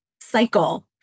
cycle